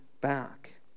back